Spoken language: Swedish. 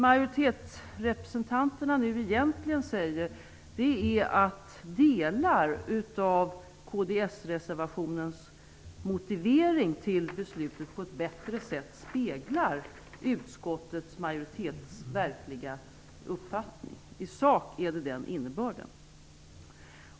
Majoritetsrepresentanterna säger nu egentligen att delar av kds-reservationens motivering till beslutet på ett bättre sätt speglar utskottets majoritets verkliga uppfattning. I sak är detta innebörden.